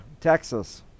Texas